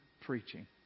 preaching